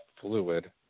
fluid